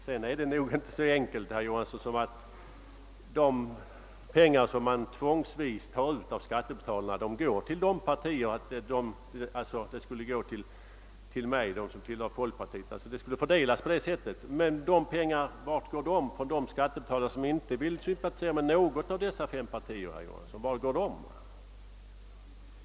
Sedan är det väl inte heller så enkelt, herr Johansson i Trollhättan, att de pengar som tvångsvis tas ut av skattebetalarna går till de partier som vederbörande själv tillhör, alltså att peng arna fördelas så att vad jag erlägger går till folkpartiet o.s.v. Vart går då pengarna från de skattebetalare som inte sympatiserar med något av våra fem etablerade politiska partier?